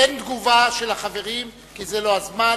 אין תגובה של החברים, כי זה לא הזמן.